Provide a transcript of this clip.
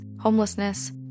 homelessness